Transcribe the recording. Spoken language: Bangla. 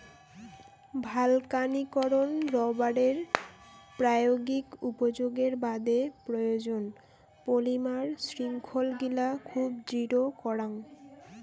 ভালকানীকরন রবারের প্রায়োগিক উপযোগের বাদে প্রয়োজন, পলিমার শৃঙ্খলগিলা খুব দৃঢ় করাং